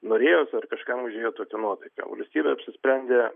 norėjos ar kažkam užėjo tokia nuotaika valstybė apsisprendė